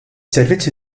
servizzi